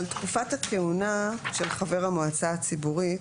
על תקופת הכהונה של חבר המועצה הציבורית,